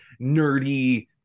nerdy